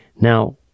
Now